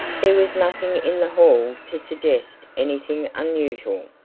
there was nothing in the hall to suggest anything unusual.